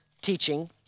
teaching